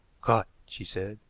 caught! she said.